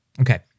Okay